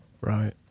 Right